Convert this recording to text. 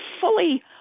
fully